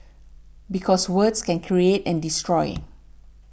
because words can create and destroy